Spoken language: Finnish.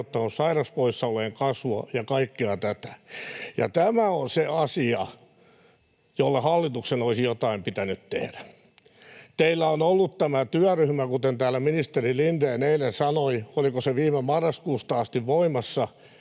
sairaspoissaolojen kasvua ja kaikkea tätä. Ja tämä on se asia, jolle hallituksen olisi jotain pitänyt tehdä. Teillä on ollut tämä työryhmä, kuten täällä ministeri Lindén eilen sanoi, oliko se viime marraskuusta asti, mutta